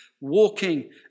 walking